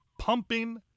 pumping